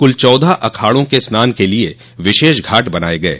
कुल चौदह अखाड़ो के स्नान के लिए विशेष घाट बनाये गये